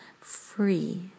free